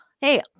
Hey